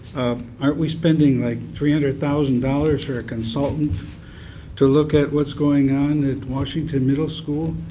aren't we spending, like, three hundred thousand dollars for a consultant to look at what's going on at washington middle school?